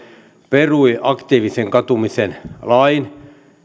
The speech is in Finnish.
perui aktiivisen katumisen lain